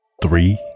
Three